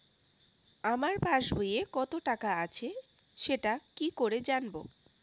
আমার পাসবইয়ে কত টাকা আছে সেটা কি করে জানবো?